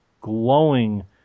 glowing